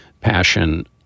passion